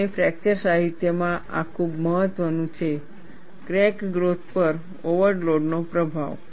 અને ફ્રેકચર સાહિત્યમાં આ ખૂબ મહત્વનું છે ક્રેક ગ્રોથ પર ઓવરલોડનો પ્રભાવ